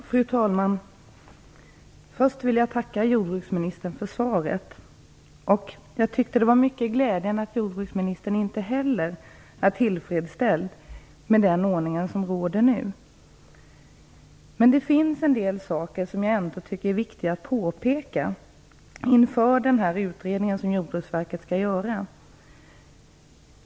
Fru talman! Först vill jag tacka jordbruksministern för svaret. Jag tycker att det är mycket glädjande att inte heller jordbruksministern är tillfredsställd med den ordning som råder nu. Det finns en del saker som jag ändå tycker är viktig att påpeka inför den utredning som Jordbruksverket skall göra.